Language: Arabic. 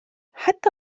حتى